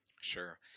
Sure